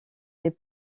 les